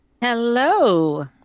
Hello